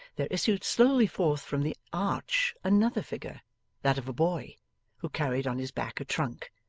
there issued slowly forth from the arch another figure that of a boy who carried on his back a trunk.